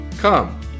Come